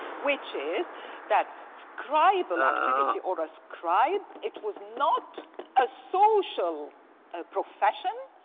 which is that scribal activity, or a scribe, it was not a social ah profession.